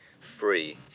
free